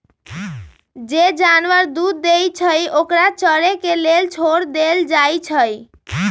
जे जानवर दूध देई छई ओकरा चरे के लेल छोर देल जाई छई